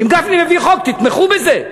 אם גפני מביא חוק, תתמכו בזה.